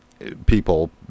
People